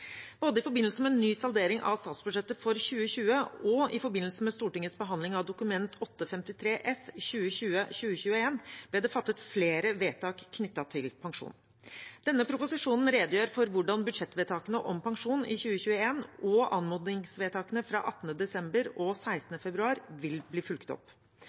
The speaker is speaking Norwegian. Både i forbindelse med ny saldering av statsbudsjettet for 2020 og i forbindelse med Stortingets behandling av Dokument 8:53 S for 2020–2021 ble det fattet flere vedtak knyttet til pensjon. Denne proposisjonen redegjør for hvordan budsjettvedtakene om pensjon i 2021 og anmodningsvedtakene fra 18. desember og 16. februar vil bli fulgt opp.